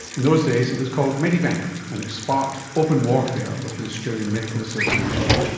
in those days it was called medibank and it sparked open warfare with the australian medical association.